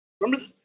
remember